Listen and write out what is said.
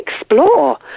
explore